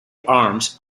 arms